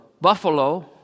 buffalo